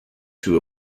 two